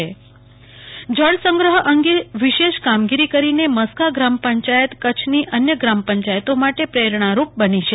કલ્પના શાહ જળસંગ્રહ મસ્કા ગામ જળસંગ્રહ અંગે વિશેષ કામગીરી કરીને મસ્કા ગ્રામ પંચાયત કચ્છની અન્ય ગ્રામ પંચાયતો માટે પ્રેરણારૂપ બની છે